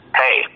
hey